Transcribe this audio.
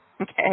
okay